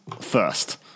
First